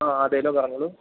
ആ അതെയല്ലോ പറഞ്ഞുകൊള്ളൂ